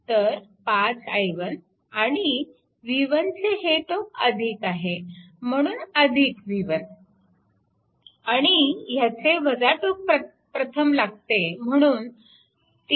तर 5 i1 आणि v1चे हे टोक आहे म्हणून v1 आणि ह्याचे टोक प्रथम लागते म्हणून 30